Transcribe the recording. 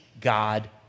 God